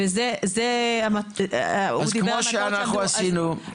והוא דיבר על --- אז כמו שאנחנו עשינו,